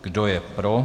Kdo je pro?